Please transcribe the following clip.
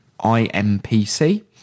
IMPC